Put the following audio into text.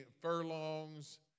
furlongs